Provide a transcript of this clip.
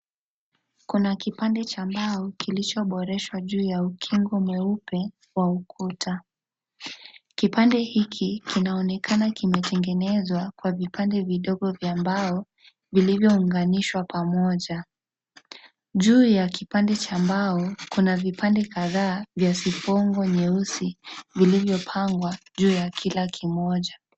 Kuna kipande cha mbao kilicho boreshwa juu ya ukingo mweupe kwa ukuta. Kipande hiki kimeonekana kimetengenezwa kwa vibande vidogo vya mbao vilivyounganishwa pamoja. Juu ya kipande cha mbao, Kuna vipande kadhaa vya vifungu nyeusi vilivyo pangwa juu ya kila moja.